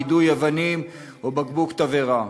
יידוי אבנים או בקבוק תבערה.